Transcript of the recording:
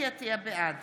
בעד